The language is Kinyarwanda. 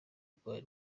d’ivoire